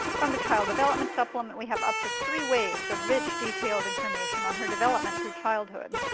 from the child development supplement, we have up to three waves of rich, detailed information on her development through childhood.